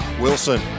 Wilson